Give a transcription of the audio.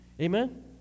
Amen